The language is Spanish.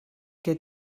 que